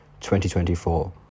2024